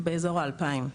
באזור ה-2,000.